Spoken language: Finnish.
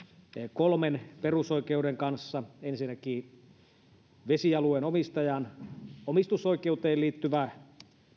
kolmen perusoikeuden kanssa ensinnäkin on vesialueen omistajan omistusoikeuteen liittyvä